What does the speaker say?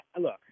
look